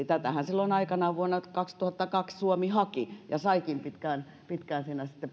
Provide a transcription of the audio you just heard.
tätähän silloin aikanaan vuonna kaksituhattakaksi suomi haki ja sitten saikin pitkään siinä